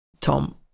Tom